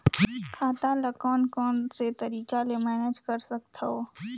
खाता ल कौन कौन से तरीका ले मैनेज कर सकथव?